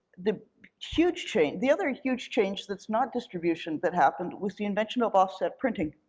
the huge change, the other huge change that's not distribution, that happened was the invention of offset printing.